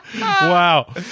Wow